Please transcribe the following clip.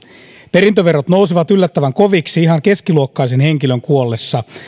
perintöverot nousevat yllättävän koviksi ihan keskiluokkaisen henkilön kuollessa